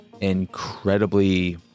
incredibly